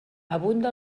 abunda